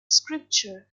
scripture